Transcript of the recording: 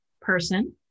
person